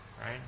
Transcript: Right